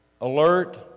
alert